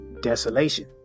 desolation